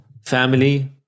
family